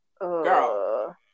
Girl